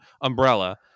umbrella